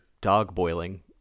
dog-boiling